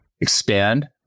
expand